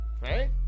Right